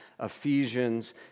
Ephesians